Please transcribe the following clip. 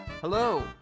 Hello